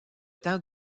temps